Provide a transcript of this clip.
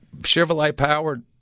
Chevrolet-powered